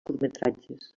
curtmetratges